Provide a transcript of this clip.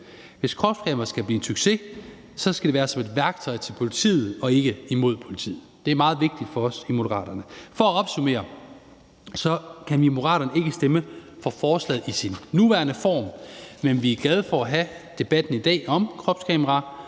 Hvis kropskameraer skal blive en succes, skal det være som et værktøj til politiet og ikke imod politiet. Det er meget vigtigt for os i Moderaterne. For at opsummere kan vi i Moderaterne ikke stemme for forslaget i sin nuværende form, men vi er glade for at have debatten i dag om kropskameraer,